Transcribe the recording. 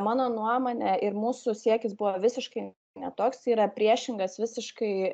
mano nuomone ir mūsų siekis buvo visiškai ne toks yra priešingas visiškai